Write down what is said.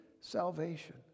salvation